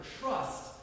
trust